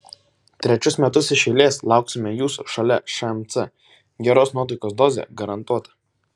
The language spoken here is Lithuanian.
trečius metus iš eiles lauksime jūsų šalia šmc geros nuotaikos dozė garantuota